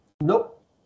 Nope